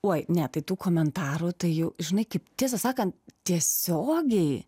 oi ne tai tų komentarų tai jau žinai kaip tiesą sakant tiesiogiai